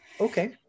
Okay